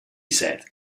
said